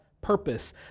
purpose